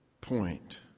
point